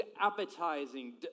appetizing